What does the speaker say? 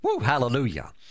hallelujah